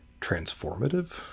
transformative